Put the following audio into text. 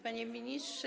Panie Ministrze!